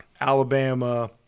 Alabama